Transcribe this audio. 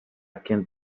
quien